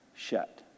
shut